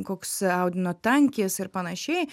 koks audinio tankis ir panašiai